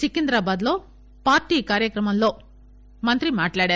సికింద్రాబాద్ లో పార్టీ కార్చక్రమంలో మంత్రి మాట్టాడారు